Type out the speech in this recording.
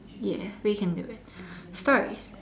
ya we can do it stories